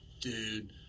dude